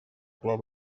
color